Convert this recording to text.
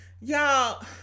y'all